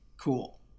cool